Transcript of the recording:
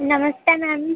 नमस्ते मैम